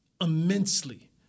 immensely